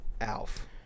Alf